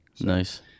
Nice